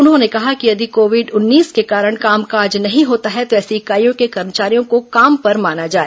उन्होंने कहा कि यदि कोविड उन्नीस के कारण कामकाज नहीं होता है तो ऐसी इकाइयों के कर्मचारियों को काम पर माना जाए